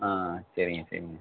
ஆ சரிங்க சரிங்க